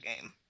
game